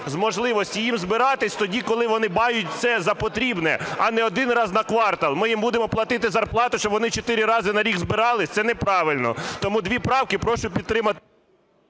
можливості їм збиратися, тоді, коли вони мають це за потрібне, а не один раз на квартал. Ми їм будемо платити зарплату, щоб вони чотири рази на рік збиралися? Це неправильно. Тому дві правки прошу підтримати…